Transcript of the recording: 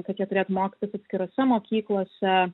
kad jie turėtų mokytis atskirose mokyklose